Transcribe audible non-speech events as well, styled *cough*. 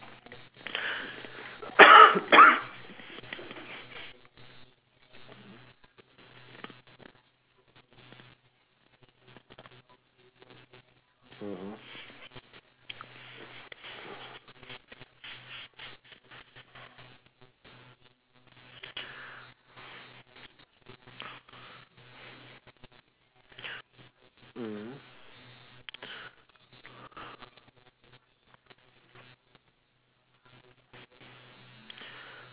*coughs*